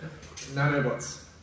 Nanobots